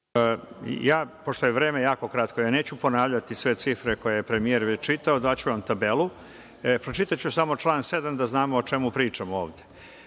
Pošto je vreme jako kratko, neću ponavljati sve cifre koje je premijer već čitao, daću vam tabelu. Pročitaću samo član 7. da znamo o čemu pričamo